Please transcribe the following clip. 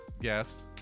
guest